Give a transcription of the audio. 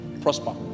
prosper